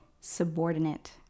subordinate